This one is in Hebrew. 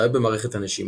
בעיות במערכת הנשימה,